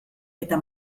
eta